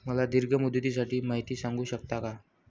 मला दीर्घ मुदतीसाठी माहिती सांगू शकता का?